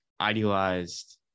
idealized